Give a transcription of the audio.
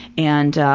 and ah,